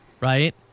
right